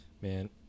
man